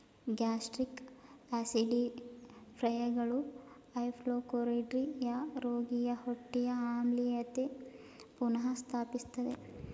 gastric ಆಸಿಡಿಫೈಯರ್ಗಳು hypochlorhydria ರೋಗಿಯ ಹೊಟ್ಟೆಯ ಆಮ್ಲೀಯತೆ ಪುನಃ ಸ್ಥಾಪಿಸ್ತದೆ